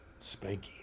spanky